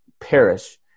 perish